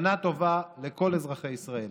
שנה טובה לכל אזרחי ישראל.